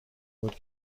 بود